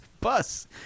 Bus